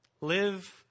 Live